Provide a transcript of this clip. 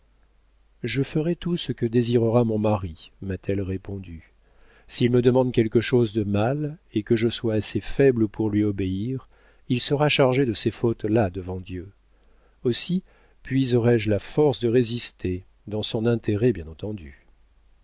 je ferai tout ce que désirera mon mari m'a-t-elle répondu s'il me demande quelque chose de mal et que je sois assez faible pour lui obéir il sera chargé de ces fautes là devant dieu aussi puiserai je la force de résister dans son intérêt bien entendu